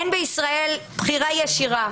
אין בישראל בחירה ישירה.